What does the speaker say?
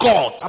God